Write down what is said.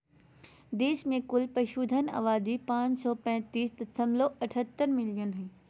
देश में कुल पशुधन आबादी पांच सौ पैतीस दशमलव अठहतर मिलियन हइ